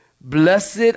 blessed